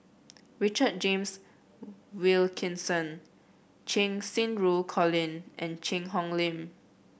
Richard James Wilkinson Cheng Xinru Colin and Cheang Hong Lim